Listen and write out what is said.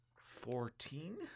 Fourteen